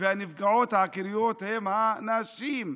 והנפגעות העיקריות הן הנשים.